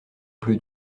bleu